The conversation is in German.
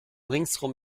ringsum